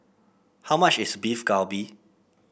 how much is Beef Galbi